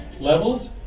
levels